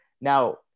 Now